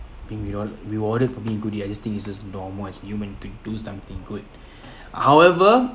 being reward~ rewarded for being good deed I think it's just normal us human to do something good however